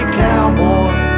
cowboy